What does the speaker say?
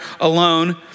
alone